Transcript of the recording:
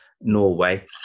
Norway